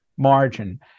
margin